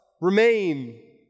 remain